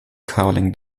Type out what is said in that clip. calling